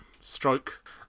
stroke